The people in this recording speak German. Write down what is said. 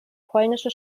polnische